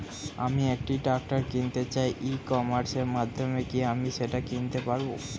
আমি একটা ট্রাক্টর কিনতে চাই ই কমার্সের মাধ্যমে কি আমি সেটা কিনতে পারব?